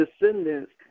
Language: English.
descendants